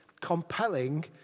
compelling